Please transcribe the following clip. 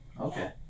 Okay